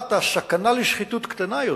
רמת הסכנה של שחיתות קטנה יותר,